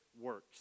works